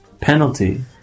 penalty